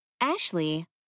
Ashley